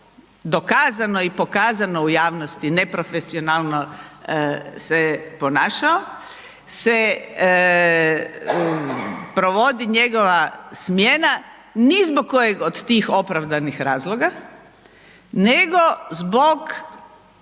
dokazano i pokazano u javnosti, neprofesionalno se ponašao, se provodi njegova smjena, ni zbog kojeg od tih opravdanih razloga, nego zbog,